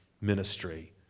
ministry